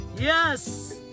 Yes